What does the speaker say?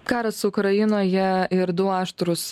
karas ukrainoje ir du aštrūs